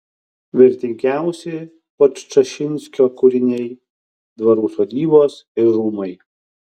vertingiausi podčašinskio kūriniai dvarų sodybos ir rūmai